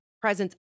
presence